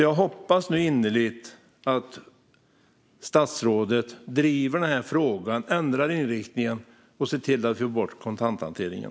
Jag hoppas nu innerligt att statsrådet driver den här frågan, ändrar inriktning och ser till att vi får bort kontanthanteringen.